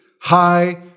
high